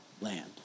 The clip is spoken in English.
land